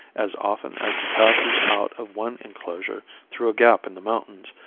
as often as he passes out of one enclosure through a gap in the mountains,